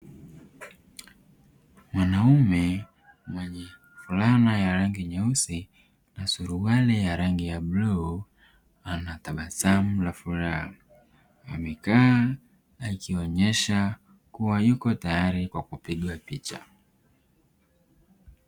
Mwanaume mwenye fulana ya rangi nyeusi na suruali ya rangi ya bluu anatabasamu la furaha, amekaa akionesha kuwa yupo tayari kwa kupiga picha.